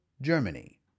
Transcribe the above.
Germany